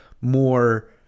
more